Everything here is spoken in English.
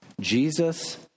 Jesus